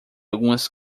algumas